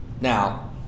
Now